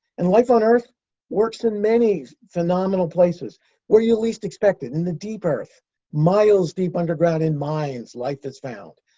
and life on earth works in many phenomenal places where you least expect it. in the deep earth miles deep underground in mines, life is found.